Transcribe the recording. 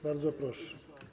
Bardzo proszę.